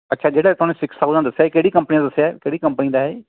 ਅੱਛਾ ਜਿਹੜਾ ਸਾਨੂੰ ਸਿਕਸ ਥਾਊਸੈਂਡ ਦੱਸਿਆ ਕਿਹੜੀ ਕੰਪਨੀ ਦਾ ਦੱਸਿਆ ਕਿਹੜੀ ਕੰਪਨੀ ਦਾ ਹੈ ਇਹ